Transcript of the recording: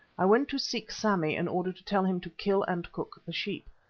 i went to seek sammy in order to tell him to kill and cook the sheep.